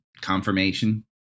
Confirmation